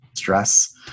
stress